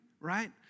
right